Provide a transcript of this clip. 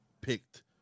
picked